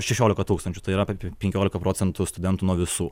šešiolika tūkstančių tai yra apie penkiolika procentų studentų nuo visų